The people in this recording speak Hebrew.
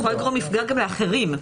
יכול לגרום מפגע לאחרים.